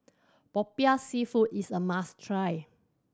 Popiah Seafood is a must try